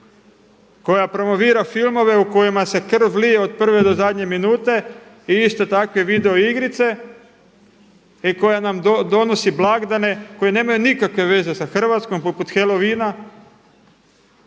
koja promovira filmove u kojima se krv lije od prve do zadnje minute i iste takve video igrice i koja nam donosi blagdane koji nemaju nikakve veze sa Hrvatskom poput Halloweena.